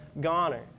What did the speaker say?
goner